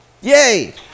Yay